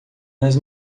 nas